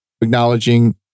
acknowledging